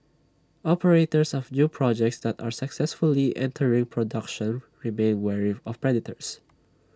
operators of new projects that are successfully entering production remain wary of predators